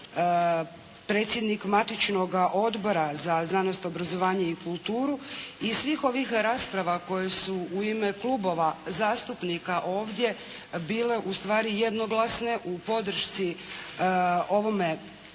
predsjednik matičnoga Odbora za znanost, obrazovanje i kulturu. Iz svih ovih rasprava koje su u ime klubova zastupnika ovdje bile u stvari jednoglasne u podršci ovome